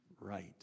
right